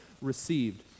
received